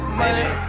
money